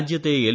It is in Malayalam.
രാജ്യത്തെ എൽ